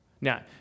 Now